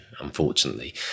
unfortunately